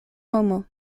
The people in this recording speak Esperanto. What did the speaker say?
homo